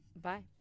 Bye